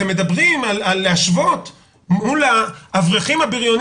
אתם מדברים על להשוות מול האברכים הבריונים